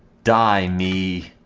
die, me